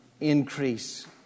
increase